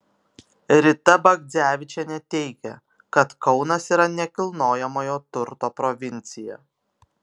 rita bagdzevičienė teigia kad kaunas yra nekilnojamojo turto provincija